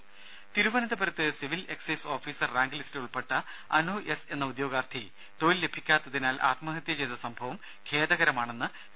രേര തിരുവനന്തപുരത്ത് civil excise officer rank ലിസ്റ്റിൽ ഉൾപ്പെട്ട അനു എസ് എന്ന ഉദ്യോഗാർത്ഥി തൊഴിൽ ലഭിക്കാത്തതിനാൽ ആത്മഹത്യ ഖേദകരമാണെന്ന് പി